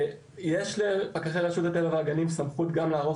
יש לפקחי רשות הטבע והגנים סמכות גם לערוך